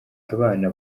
abana